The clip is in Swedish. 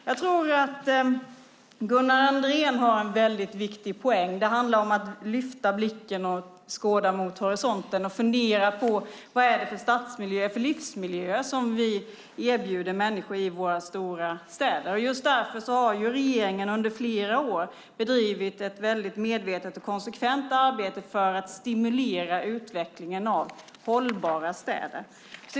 Jag tror att Gunnar Andrén har en viktig poäng: Det handlar om att lyfta blicken och skåda mot horisonten och fundera på vad det är för stadsmiljöer och livsmiljöer som vi erbjuder människor i våra stora städer. Just därför har regeringen under flera år bedrivit ett medvetet och konsekvent arbete för att stimulera utvecklingen av hållbara städer.